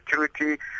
security